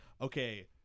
Okay